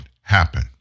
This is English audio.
happen